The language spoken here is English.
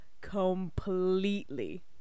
completely